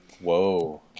Whoa